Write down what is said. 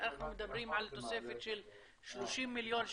אנחנו מדברים על תוספת של 30 מיליון שקל,